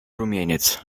rumieniec